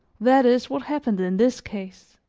that is what happened in this case.